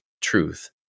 truth